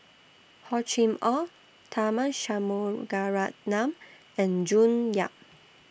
Hor Chim Or Tharman Shanmugaratnam and June Yap